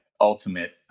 ultimate